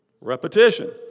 Repetition